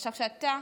עכשיו, כשאתה